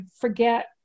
forget